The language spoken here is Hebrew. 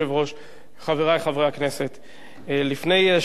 גם חבר הכנסת רוברט אילטוב רשום.